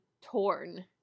torn